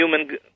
human